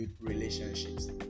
relationships